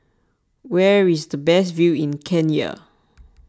where is the best view in Kenya